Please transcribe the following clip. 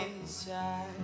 inside